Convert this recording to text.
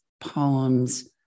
poems